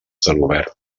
celobert